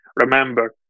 remember